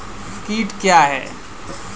कीट क्या है?